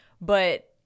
But-